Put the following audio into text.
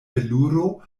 veluro